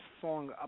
song